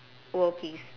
world peace